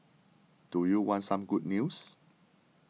do you want some good news